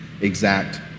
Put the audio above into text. exact